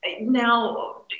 Now